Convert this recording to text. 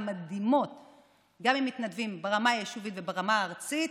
גם עם מתנדבים ברמה היישובית וברמה הארצית